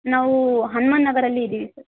ನಾವು ಹನುಮನ್ ನಗರದಲ್ಲಿ ಇದ್ದೀವಿ ಸರ್